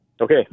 Okay